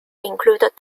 included